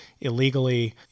illegally